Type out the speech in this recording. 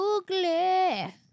ugly